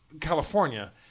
California